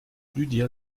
lydia